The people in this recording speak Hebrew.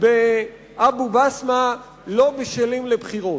שהאזרחים באבו-בסמה לא בשלים לבחירות.